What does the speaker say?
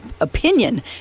opinion